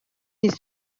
his